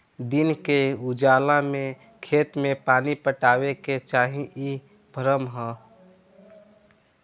दिन के उजाला में खेत में पानी पटावे के चाही इ भ्रम ह